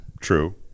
True